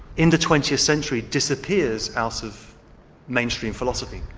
in the twentieth century disappears out of mainstream philosophy.